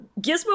Gizmo